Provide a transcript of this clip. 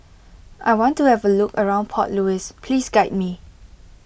I want to have a look around Port Louis please guide me